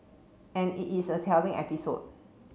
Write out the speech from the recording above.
and it is a telling episode